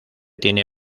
tiene